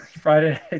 Friday